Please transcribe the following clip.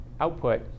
output